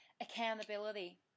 accountability